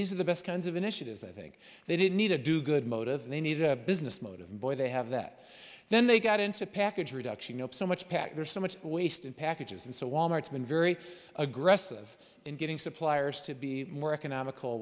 these are the best kinds of initiatives i think they did need to do good motive they need a business motive boy they have that then they got into package reduction nope so much pat there's so much waste in packages and so wal mart's been very aggressive in getting suppliers to be more economical